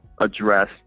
address